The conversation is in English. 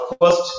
first